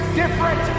different